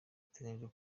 biteganyijwe